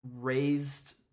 raised